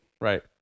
Right